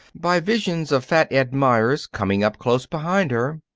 by visions of fat ed meyers coming up close behind her,